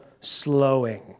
slowing